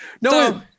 no